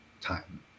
time